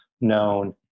known